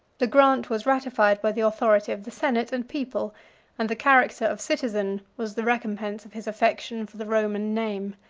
the grant was ratified by the authority of the senate and people and the character of citizen was the recompense of his affection for the roman name.